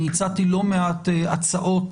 אני הצעתי לא מעט הצעות,